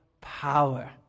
power